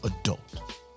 adult